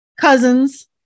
cousins